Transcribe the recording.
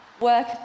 work